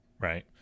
right